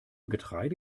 getreide